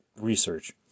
research